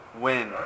win